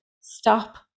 stop